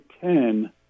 Ten